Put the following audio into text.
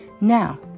Now